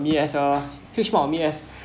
be as a huge part of me as